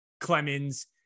Clemens